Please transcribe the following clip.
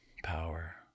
power